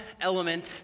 element